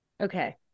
Okay